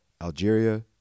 Algeria